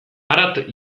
harat